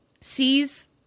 sees